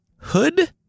Hood